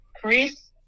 Chris